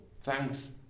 thanks